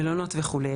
מלונות וכו'.